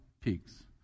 peaks